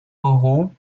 euro